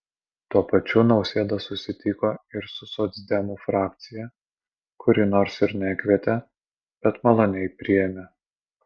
tuo pačiu nausėda susitiko ir su socdemų frakcija kuri nors ir nekvietė bet maloniai priėmė